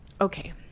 okay